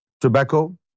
tobacco